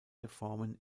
reformen